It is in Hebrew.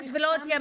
כל תחום